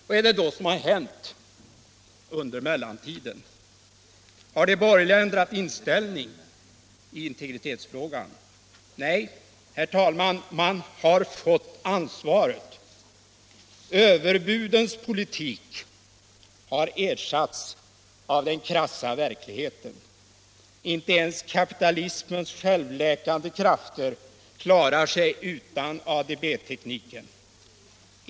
Vad är det då som hänt under mellantiden? Har de borgerliga ändrat inställning till integritetsfrågan? Nej, herr talman, man har fått ansvaret. Överbudens politik har ersatts av den krassa verkligheten. Inte ens kapitalismens självläkande krafter klarar sig utan ADB-tekniken.